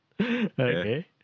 okay